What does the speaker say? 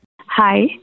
Hi